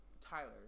Tyler